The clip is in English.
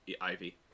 Ivy